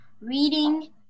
reading